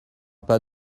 pas